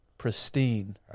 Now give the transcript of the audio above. pristine